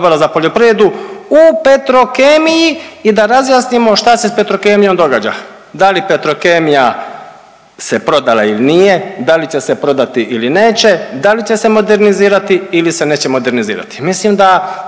za poljoprivredu u Petrokemiji i da razjasnimo šta se s Petrokemijom događa. Da li Petrokemija se prodala ili nije, da li će se prodati ili neće, da li će se modernizirati ili neće modernizirati? Mislim da